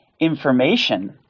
information